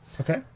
Okay